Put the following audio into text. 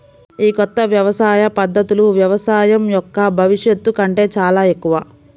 ఈ కొత్త వ్యవసాయ పద్ధతులు వ్యవసాయం యొక్క భవిష్యత్తు కంటే చాలా ఎక్కువ